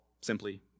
simply